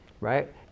right